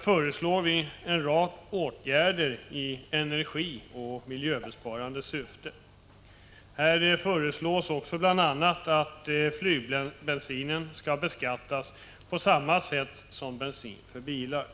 föreslår vi en rad åtgärder i energibesparande och miljöskyddande syfte. Där föreslås också bl.a. att flygbensin skall beskattas på samma sätt som bensin för bilar.